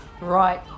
Right